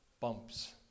bumps